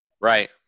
Right